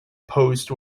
post